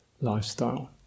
lifestyle